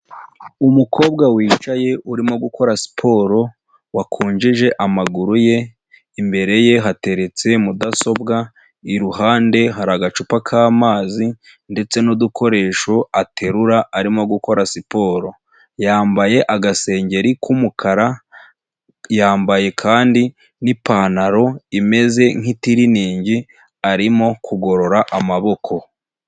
Umukobwa wicaye, urimo gukora siporo, wakunjije amaguru ye, imbere ye hateretse mudasobwa, iruhande hari agacupa k'amazi, ndetse n'udukoresho aterura arimo gukora siporo, yambaye agasengeri k'umukara, yambaye kandi n'ipantaro imeze nk'itiriningi, arimo kugorora amaboko.